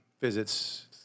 visits